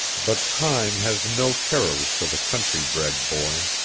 but time has no terrors for the country-bred boy.